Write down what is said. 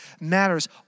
matters